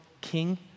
king